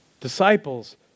Disciples